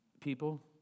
People